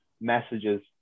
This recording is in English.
messages